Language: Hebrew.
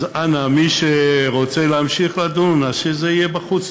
אז אנא, מי שרוצה להמשיך לדון, שזה יהיה בחוץ.